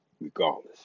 Regardless